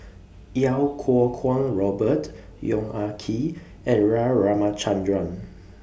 Iau Kuo Kwong Robert Yong Ah Kee and Ra Ramachandran